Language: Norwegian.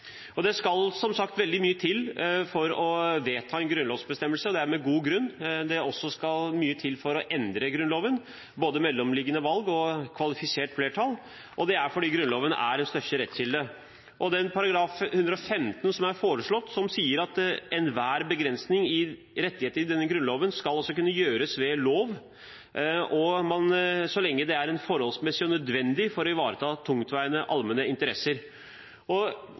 Det skal som sagt veldig mye til for å vedta en grunnlovsbestemmelse, og det er med god grunn det også skal mye til for å endre Grunnloven – både mellomliggende valg og kvalifisert flertall – og det er fordi Grunnloven er den største rettskilden. Den § 115 som er foreslått, sier at enhver begrensning i rettigheter i denne grunnlov skal kunne gjøres ved lov så lenge det er forholdsmessig og nødvendig for å ivareta tungtveiende allmenne interesser. Jeg vil anta at de som fremmer Dokument 8-forslag herfra, mener at det er forholdsmessig og